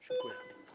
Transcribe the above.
Dziękuję.